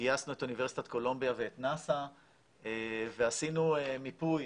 גייסנו את אוניברסיטת קולומביה ואת נאס"א ועשינו מיפוי